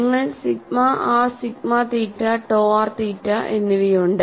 നിങ്ങൾക്ക് sigma R sigma theta to R theta എന്നിവയുണ്ട്